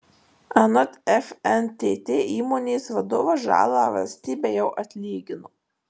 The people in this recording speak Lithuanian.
anot fntt įmonės vadovas žalą valstybei jau atlygino